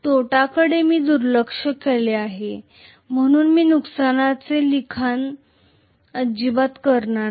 तोट्याकडे मी दुर्लक्ष करीत आहे म्हणून मी नुकसानीचे लिखाण अजिबात करत नाही